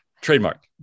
Trademark